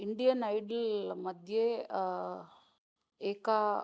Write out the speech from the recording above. Indian ऐड्ल्मध्ये एका